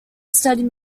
studied